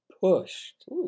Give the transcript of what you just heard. pushed